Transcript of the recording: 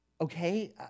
Okay